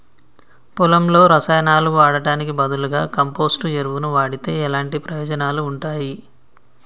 పొలంలో రసాయనాలు వాడటానికి బదులుగా కంపోస్ట్ ఎరువును వాడితే ఎలాంటి ప్రయోజనాలు ఉంటాయి?